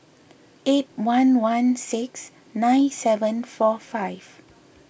eight one one six nine seven four five